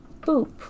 Boop